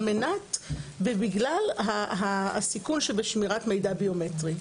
מנת ובגלל הסיכון שבשמירת מידע ביומטרי.